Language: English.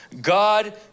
God